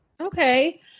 Okay